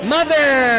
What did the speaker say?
Mother